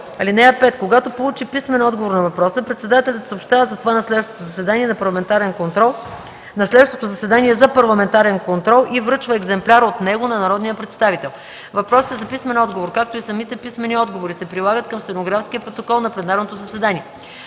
(5) Когато се получи писмен отговор на въпроса, председателят съобщава за това на следващото заседание за парламентарен контрол и връчва екземпляр от него на народния представител. Въпросите за писмен отговор, както и самите писмени отговори, се прилагат към стенографския протокол на пленарното заседание.